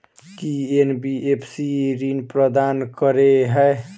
की NBFC ऋण प्रदान करे है?